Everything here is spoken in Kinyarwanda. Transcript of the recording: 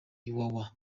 iwawa